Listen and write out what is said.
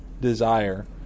desire